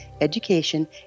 education